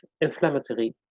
inflammatory